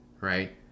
right